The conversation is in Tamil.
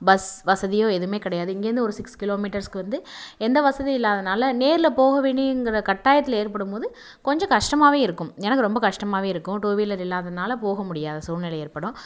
பஸ் வசதியோ எதுவுமே கிடையாது இங்கேயிருந்து ஒரு சிக்ஸ் கிலோமீட்டர்ஸ்கு வந்து எந்த வசதியும் இல்லாததனால நேரில் போகவேண்டிய கட்டாயத்தில் ஏற்படும் போது கொஞ்சம் கஷ்டமாகவே இருக்கும் எனக்கு ரொம்ப கஷ்டமாகவே இருக்கும் டூவீலர் இல்லாததனால போக முடியாத சூழ்நிலை ஏற்படும்